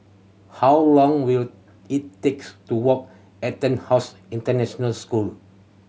how long will it takes to walk EtonHouse International School